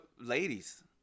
ladies